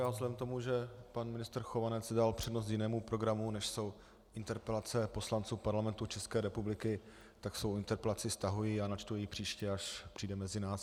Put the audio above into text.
Vzhledem k tomu, že pan ministr Chovanec dal přednost jinému programu, než jsou interpelace poslanců Parlamentu České republiky, tak svou interpelaci stahuji a načtu ji příště, až přijde mezi nás.